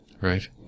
Right